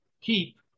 keep